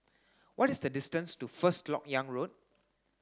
what is the distance to First Lok Yang Road